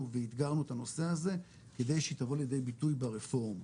ואתגרנו את הנושא הזה כדי שהוא יבוא לידי ביטוי ברפורמה.